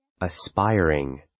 Aspiring